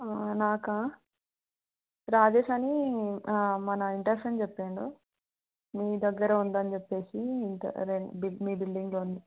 నాకా రాజేష్ అని మన ఇంటర్ ఫ్రెండ్ చెప్పిండు మీ దగ్గర ఉందని చెప్పేసి అదే మీ బిల్డింగ్లో